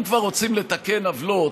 אם כבר רוצים לתקן עוולות,